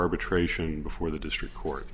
arbitration before the district court